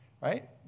right